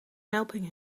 helping